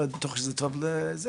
אתה חושב שזה טוב לזה.